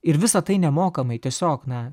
ir visa tai nemokamai tiesiog na